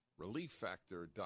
relieffactor.com